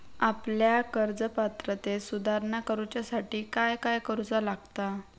आपल्या कर्ज पात्रतेत सुधारणा करुच्यासाठी काय काय करूचा लागता?